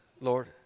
Lord